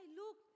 look